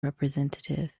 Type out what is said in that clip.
representative